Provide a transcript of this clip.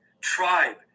tribe